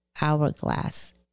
hourglass